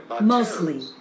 mostly